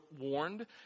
warned